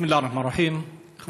בסם אללה א-רחמאן א-רחים.